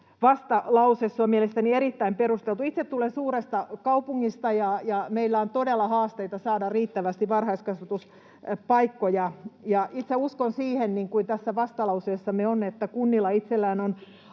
vastalause. Se on mielestäni erittäin perusteltu. Itse tulen suuresta kaupungista, ja meillä on todella haasteita saada riittävästi varhaiskasvatuspaikkoja. Itse uskon siihen, niin kuin tässä vastalauseessamme on, että kunnilla itsellään on